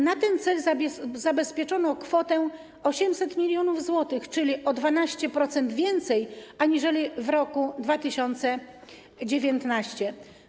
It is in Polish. Na ten cel zabezpieczono kwotę 800 mln zł, czyli o 12% więcej niż w roku 2019.